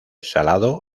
salado